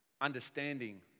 understanding